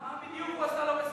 מה בדיוק הוא עשה לא בסדר?